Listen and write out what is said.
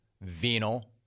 Venal